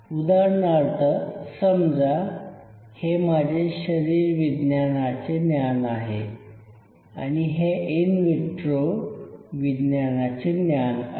उदाहरणार्थ समजा हे माझे शरीरविज्ञानाचे ज्ञान आहे आणि हे इन विट्रो विज्ञानाचे ज्ञान आहे